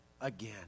again